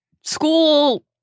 school